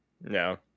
No